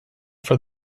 for